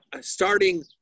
starting